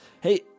Hey